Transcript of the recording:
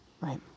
Right